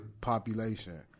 population